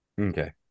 Okay